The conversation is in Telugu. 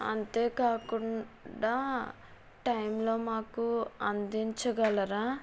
అంతే కాకుండా టైంలో మాకు అందించగలరా